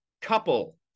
couple